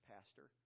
Pastor